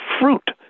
fruit